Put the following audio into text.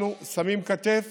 אנחנו שמים כתף